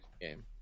game